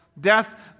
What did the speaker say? Death